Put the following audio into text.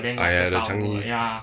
ah ya the changi